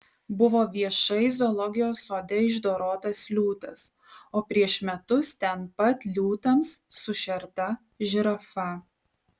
buvo viešai zoologijos sode išdorotas liūtas o prieš metus ten pat liūtams sušerta žirafa